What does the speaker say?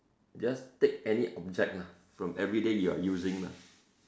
just take any object lah from everyday you are using lah